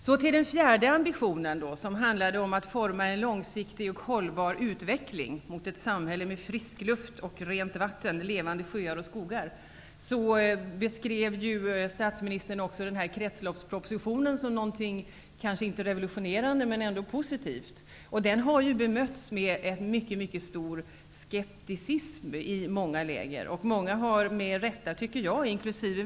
Så till den fjärde ambitionen, som handlar om att forma en långsiktig och hållbar utveckling mot ett samhälle med frisk luft, rent vatten, levande sjöar och skogar. Statsministern beskrev kretsloppspropositionen som något kanske inte revolutionerande men ändå positivt. Den har bemötts med en mycket stor skepsis i många läger. Många har med rätta, inkl.